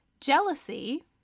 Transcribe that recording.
jealousy